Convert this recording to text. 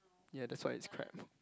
ya that's why it's crap